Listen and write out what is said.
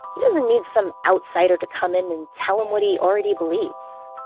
he doesn't need some outsider to come in and tell him what he already believes.